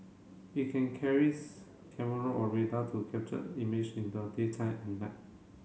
it can carries camera or radar to captured image in the daytime and night